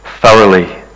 thoroughly